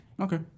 Okay